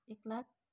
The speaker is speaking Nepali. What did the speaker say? एक लाख